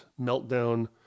meltdown